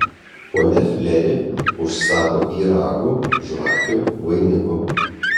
ponia fleri užsako pyragų žvakių vainikų